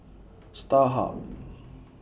Starhub